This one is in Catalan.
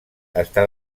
està